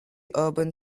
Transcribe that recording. urban